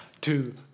two